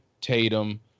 Tatum